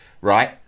right